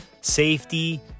safety